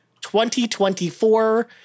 2024